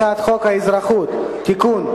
הצעת חוק האזרחות (תיקון,